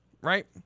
right